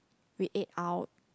we ate out